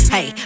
Hey